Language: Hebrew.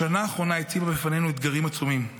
השנה האחרונה הציבה בפנינו אתגרים עצומים,